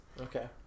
Okay